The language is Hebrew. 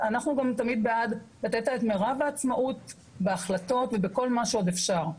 אנחנו גם תמיד בעד לתת לה את מירב העצמאות בהחלטות ובכל מה שעוד אפשר.